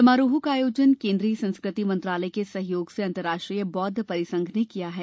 समारोहों का आयोजन केंद्रीय संस्कृति मंत्रालय के सहयोग से अंतर्राष्ट्रीय बौद्ध परिसंघ ने किया है